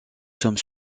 sommes